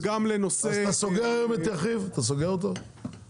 וגם לנושא -- אתה סוגר היום את ירחיב?